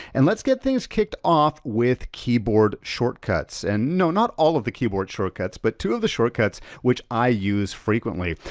and let's get things kicked off with keyboard shortcuts. and no, not all of the keyboard shortcuts, but two of the shortcuts which i use frequently.